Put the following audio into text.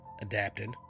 adapted